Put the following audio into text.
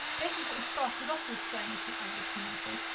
this is what we started off with saying is the average community.